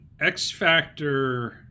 X-Factor